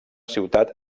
ciutat